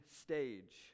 stage